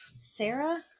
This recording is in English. Sarah